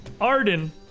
Arden